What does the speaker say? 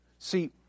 See